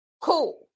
cool